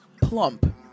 plump